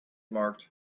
marked